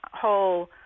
whole